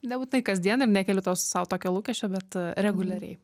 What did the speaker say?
nebūtinai kasdien ir nekeliu tau sau tokio lūkesčio bet reguliariai